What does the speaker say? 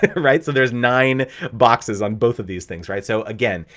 but right? so there's nine boxes on both of these things, right? so again,